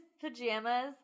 pajamas